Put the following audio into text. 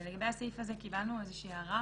לגבי הסעיף הזה קיבלנו איזושהי הערה.